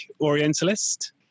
orientalist